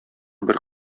бер